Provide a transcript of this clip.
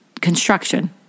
construction